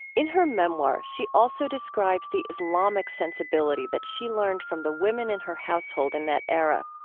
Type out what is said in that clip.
in her memoir, she also describes the islamic sensibility that she learned from the women in her household in that era.